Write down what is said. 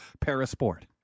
para-sport